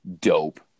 dope